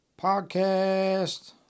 podcast